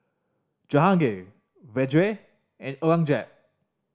Jahangir Vedre and Aurangzeb